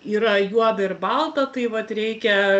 yra juoda ir balta tai vat reikia